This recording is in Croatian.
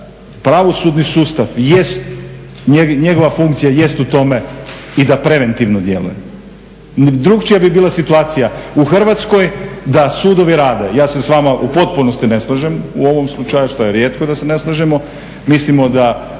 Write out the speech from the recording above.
Pravosudni sustav jest, njegova funkcija jest u tome i da preventivno djeluje. Drukčija bi bila situacija u Hrvatskoj da sudovi rade. Ja se s vama u potpunosti ne slažem u ovom slučaju, što je rijetko da se ne slažemo. Mislimo da,